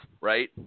Right